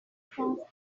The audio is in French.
saint